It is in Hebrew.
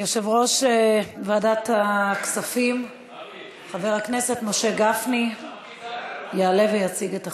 יושב-ראש ועדת הכספים חבר הכנסת משה גפני יעלה ויציג את החוקים.